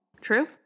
True